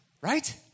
right